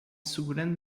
segurando